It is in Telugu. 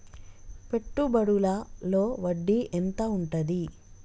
పెట్టుబడుల లో వడ్డీ ఎంత ఉంటది?